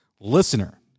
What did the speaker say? listener